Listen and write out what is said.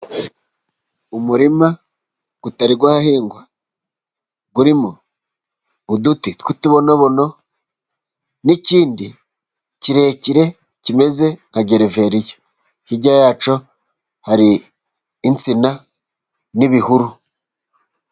Umurima utari wahingwa urimo uduti tw'utubonobono, n'ikindi kirekire kimeze nka gereveriya, hirya yacyo hari insina n'ibihuru.